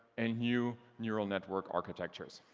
and new neural network architectures.